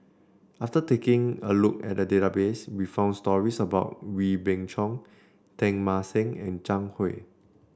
after taking a look at the database we found stories about Wee Beng Chong Teng Mah Seng and Zhang Hui